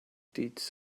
deeds